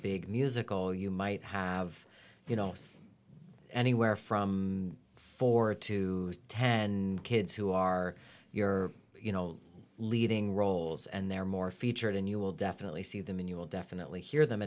big musical you might have you know anywhere from four to ten kids who are your you know leading roles and they're more featured in you will definitely see them and you will definitely hear them